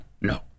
No